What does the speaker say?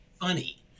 funny